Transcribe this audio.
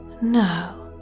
No